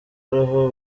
roho